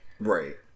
Right